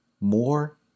more